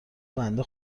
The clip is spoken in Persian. بنده